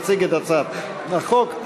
יציג את הצעת החוק.